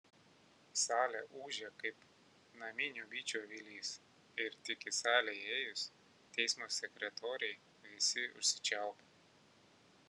salė ūžė kaip naminių bičių avilys ir tik į salę įėjus teismo sekretorei visi užsičiaupė